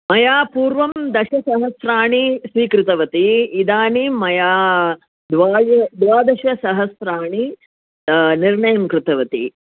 मया पूर्वं दशसहस्राणि स्वीकृतवती इदानीं मया द्वाद द्वादशसहस्राणि निर्णयं कृतवती